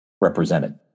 represented